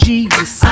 Jesus